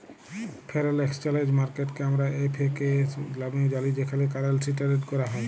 foreign exchange মার্কেটকে আমরা এফ.এ.কে.এস লামেও জালি যেখালে কারেলসি টেরেড ক্যরা হ্যয়